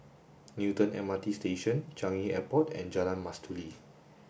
Newton M R T Station Changi Airport and Jalan Mastuli